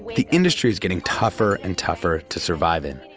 the industry's getting tougher and tougher to survive in.